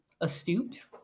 astute